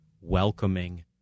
welcoming